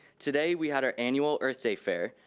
today we had our annual earth day fair,